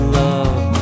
love